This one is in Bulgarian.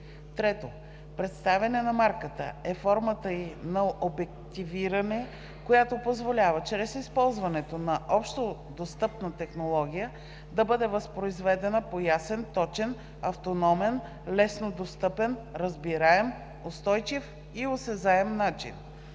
3. „Представяне на марката“ е формата ѝ на обективиране, която позволява чрез използването на общодостъпна технология да бъде възпроизведена по ясен, точен, автономен, лесно достъпен, разбираем, устойчив и осезаем начин.